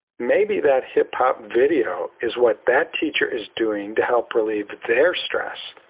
maybe that hip hop video is what that teacher is doing to help relieve their stress.